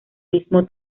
mismo